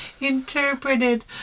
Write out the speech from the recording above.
interpreted